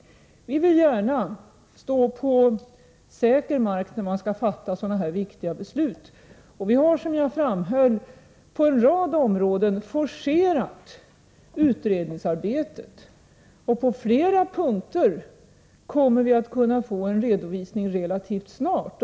Vi vill gärna stå på säker mark när vi skall fatta sådana här viktiga beslut. Vi har, som jag framhöll tidigare, på en rad områden forcerat utredningsarbetet, och på flera punkter kommer vi att kunna få en redovisning relativt snart.